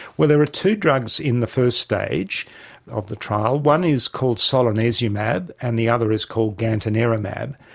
well, there are two drugs in the first stage of the trial. one is called solanezumab and the other is called gantenerumab,